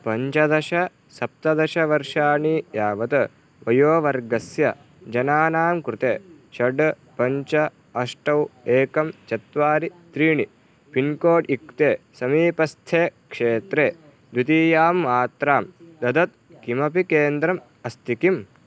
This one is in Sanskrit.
पञ्चदश सप्तदशवर्षाणि यावत् वयोवर्गस्य जनानां कृते षट् पञ्च अष्ट एकं चत्वारि त्रीणि पिन्कोड् युक्ते समीपस्थे क्षेत्रे द्वितीयां मात्रां ददत् किमपि केन्द्रम् अस्ति किम्